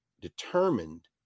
determined